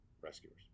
Rescuers